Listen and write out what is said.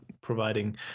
providing